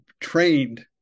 trained